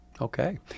Okay